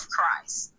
Christ